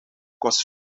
kost